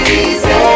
easy